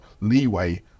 leeway